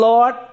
Lord